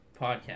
podcast